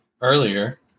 earlier